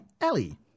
Ellie